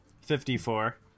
Fifty-four